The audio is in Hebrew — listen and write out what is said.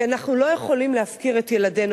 כי אנחנו לא יכולים להפקיר את ילדינו,